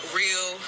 real